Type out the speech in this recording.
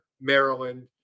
Maryland